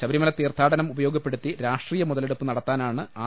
ശബ രിമല തീർത്ഥാനം ഉപയോഗപ്പെടുത്തി രാഷ്ട്രീയ മുതലെടുപ്പ് നടത്താ നാണ് ആർ